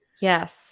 Yes